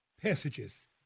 Passages